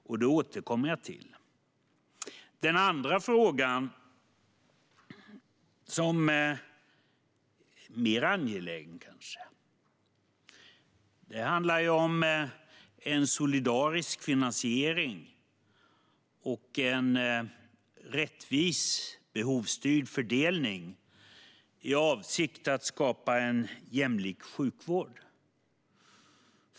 Jag återkommer till detta. Den andra dimensionen är kanske mer angelägen. Den handlar om en solidarisk finansiering och en rättvis och behovsstyrd fördelning i avsikt att skapa en jämlik sjukvård.